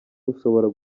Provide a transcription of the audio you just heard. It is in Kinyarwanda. bushobora